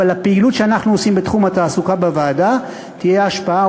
אבל לפעילות שאנחנו עושים בתחום התעסוקה בוועדה תהיה השפעה,